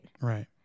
Right